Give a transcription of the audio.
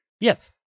Yes